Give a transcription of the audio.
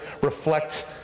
reflect